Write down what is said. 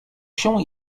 się